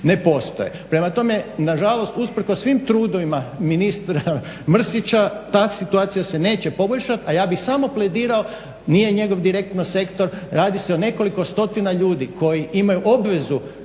ne postoje. Prema tome, nažalost usprkos svim trudovima ministra Mrsića ta situacija se neće poboljšati, a ja bih samo pledirao nije njegov direktno sektor, radi se o nekoliko stotina ljudi koji imaju obvezu